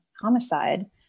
homicide